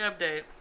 update